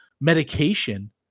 medication